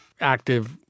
active